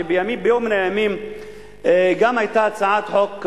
שביום מן הימים גם היתה הצעת חוק,